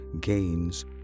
gains